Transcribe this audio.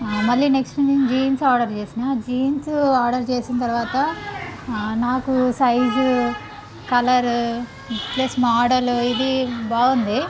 మళ్ళీ నెక్స్ట్ నేను jeans order చేసినాను జీన్స్ ఆర్డర్ చేసిన తరువాత నాకు సైజు కలర్ ప్లస్ మోడలు ఇది బాగుంది